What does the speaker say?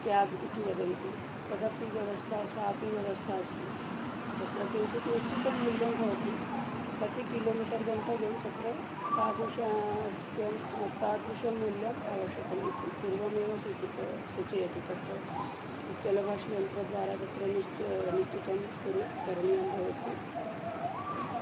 cab इति वदन्ति तदपि व्यवस्था सा अपि व्यवस्था अस्ति तत्र किञ्चित् निश्चितं मूल्यं भवति कति किलोमीटर् गन्तव्यं तत्र तादृशस्यं तादृशमूल्यम् आवश्यकम् इति पूर्वमेव सूचिता सूचयति तत् चलभाषियन्त्रद्वारा तत्र निश्चा निश्चितं कुरु करणीयं भवति